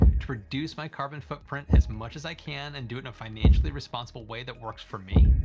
to reduce my carbon footprint as much as i can and do it in a financially responsible way that works for me?